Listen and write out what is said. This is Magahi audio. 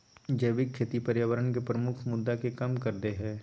जैविक खेती पर्यावरण के प्रमुख मुद्दा के कम कर देय हइ